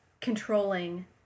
controlling